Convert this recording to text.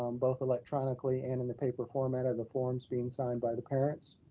um both electronically and in the paper format and the forms being signed by the parents,